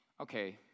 okay